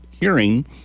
hearing